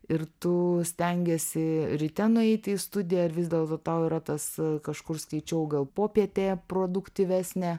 ir tu stengiesi ryte nueiti į studiją ar vis dėlto tau yra tas kažkur skaičiau gal popietė produktyvesnė